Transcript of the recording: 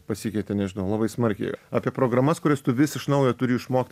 pasikeitė nežinau labai smarkiai apie programas kurias tu vis iš naujo turi išmokt